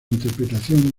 interpretación